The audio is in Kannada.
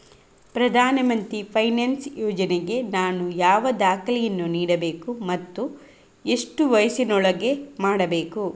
ಪ್ರಧಾನ ಮಂತ್ರಿ ಪೆನ್ಷನ್ ಯೋಜನೆಗೆ ನಾನು ಯಾವ ದಾಖಲೆಯನ್ನು ನೀಡಬೇಕು ಮತ್ತು ಎಷ್ಟು ವಯಸ್ಸಿನೊಳಗೆ ಮಾಡಬೇಕು?